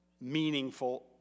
meaningful